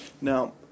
Now